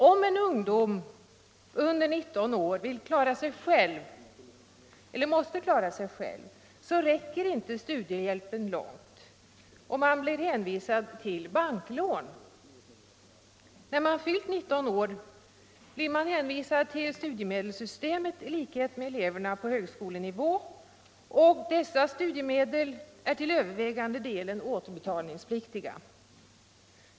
Om en ung människa under 19 år vill eller måste klara sig själv, räcker inte studiehjälpen långt, och man blir hänvisad till banklån. När man fyllt 19 år blir man i likhet med eleverna på högskolenivå hänvisad till studiemedelssystemet. Dessa studiemedel är till övervägande delen återbetalningspliktiga.